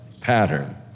pattern